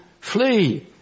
flee